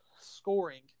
scoring